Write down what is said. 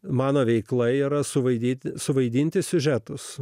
mano veikla yra suvaidinti suvaidinti siužetus